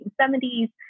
1970s